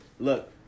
Look